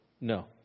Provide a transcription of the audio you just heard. No